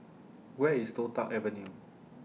Where IS Toh Tuck Avenue